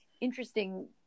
interesting